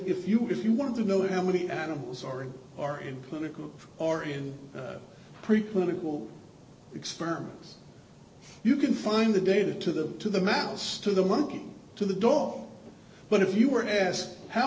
you if you want to know how many animals are in our in political or in pre clinical experiments you can find the data to the to the mouse to the monkey to the dog but if you were asked how